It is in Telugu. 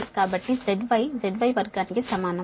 కాబట్టి z y ZY వర్గానికి సమానం